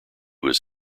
was